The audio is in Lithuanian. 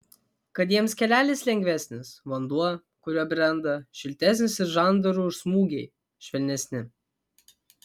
kad jiems kelelis lengvesnis vanduo kuriuo brenda šiltesnis ir žandarų smūgiai švelnesni